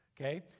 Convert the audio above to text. Okay